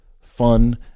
fun